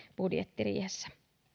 budjettiriihessä